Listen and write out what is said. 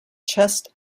chest